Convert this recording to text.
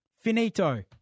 finito